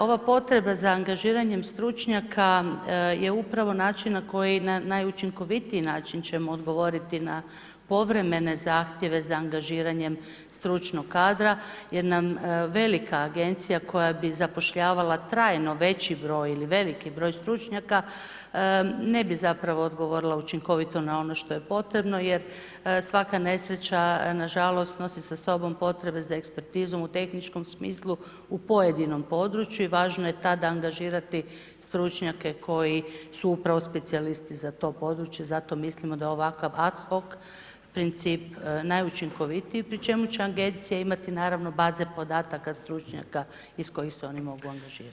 Ova potreba za angažiranjem stručnjaka je upravo način na koji najučinkovitiji način ćemo odgovoriti na povremene zahtjeve za angažiranjem stručnog kadra jer nam velika agencija koja bi zapošljavala trajno veći broj ili veliki broj stručnjaka, ne bi zapravo odgovorila učinkovito na ono što je potrebno jer svaka nesreća nažalost nosi sa osobom potrebe za ekspertizom u tehničkom smislu u pojedinom području i važno je tada angažirati stručnjake koji su upravo specijalisti za to područje, zato mislimo da ovakav ad hoc princip je najučinkovitiji pri čemu će agencije imati naravno baze podataka stručnjaka iz kojih se oni mogu angažirati.